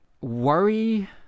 worry